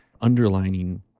underlining